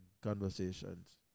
conversations